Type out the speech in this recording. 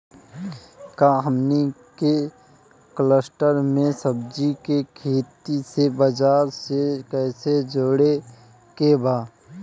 का हमनी के कलस्टर में सब्जी के खेती से बाजार से कैसे जोड़ें के बा?